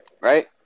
right